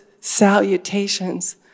salutations